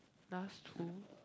that's true